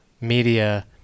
media